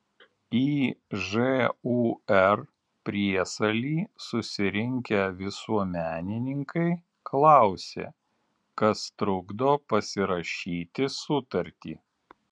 į žūr priesalį susirinkę visuomenininkai klausė kas trukdo pasirašyti sutartį